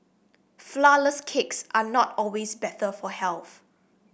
flourless cakes are not always better for health